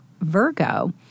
Virgo